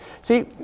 See